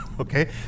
Okay